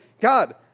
God